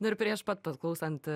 nu ir prieš pat klausant